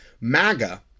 MAGA